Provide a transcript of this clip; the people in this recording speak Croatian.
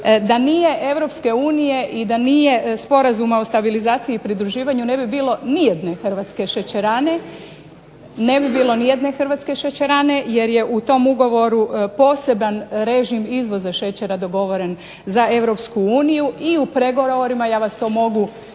Da nije EU i da nije Sporazuma o stabilizaciji i pridruživanju ne bi bilo nijedne hrvatske šećerane, jer je u tom ugovoru poseban režim izvoza šećera dogovoren za EU i u pregovorima ja vas to mogu